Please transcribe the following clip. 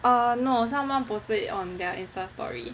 err no someone posted it on their Insta story